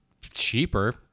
cheaper